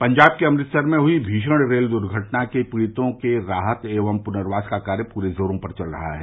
पंजाब के अमृतसर में हुई भीषण रेल दुर्घटना के पीड़ितों की राहत एवं पुनर्वास का कार्य पूरे जोरों पर चल रहा है